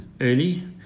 early